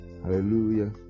Hallelujah